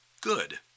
good